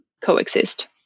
coexist